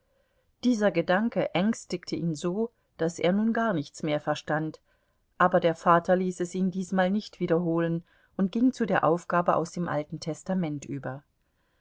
dieser gedanke ängstigte ihn so daß er nun gar nichts mehr verstand aber der vater ließ es ihn diesmal nicht wiederholen und ging zu der aufgabe aus dem alten testament über